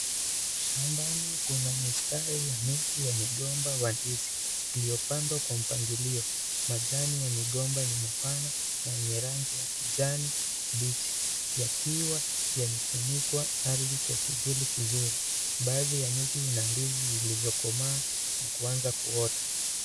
Shambani kuna mistari wa miti wa migomba wa ndizi, iliyopandwa kwa mpangilio. Majani ya migomba ni mapana na yenye rangi ya kijani kibichi. Yakiwa yamefunikwa ardhi kwa kivuli kizuri. Baadhi ya miti ina ndizi zilizokomaa na kuanza kuota.